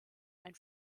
ein